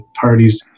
parties